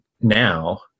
now